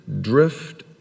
drift